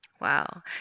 Wow